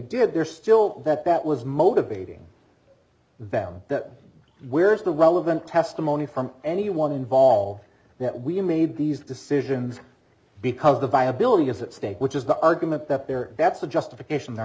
did there still that that was motivating that that where is the relevant testimony from anyone involved that we made these decisions because the viability is at stake which is the argument that they're that's the justification they're